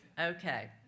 Okay